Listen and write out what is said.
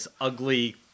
ugly